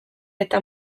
eta